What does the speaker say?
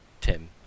tim